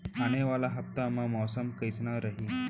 आने वाला हफ्ता मा मौसम कइसना रही?